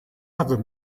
other